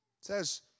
says